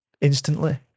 instantly